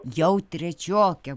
jau trečiokė